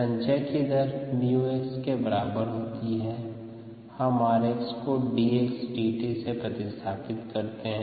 rxμxorheredxdtμx संचय की दर 𝜇𝑥 के बराबर होती है हम 𝑟𝑥 को dxdt प्रतिस्थापित करते हैं